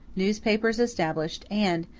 newspapers established, and,